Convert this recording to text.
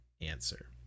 answer